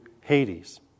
Hades